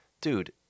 dude